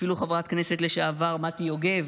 אפילו חברת הכנסת לשעבר מטי יוגב,